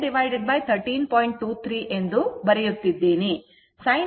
23 ಎಂದು ಬರೆಯುತ್ತಿದ್ದೇನೆ